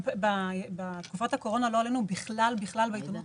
בתקופת הקורונה לא עלינו בכלל בעיתונות